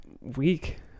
weak